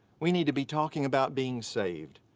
we need to be talking about being saved.